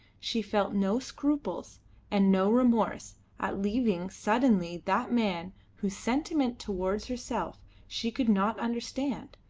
she felt no scruples and no remorse at leaving suddenly that man whose sentiment towards herself she could not understand,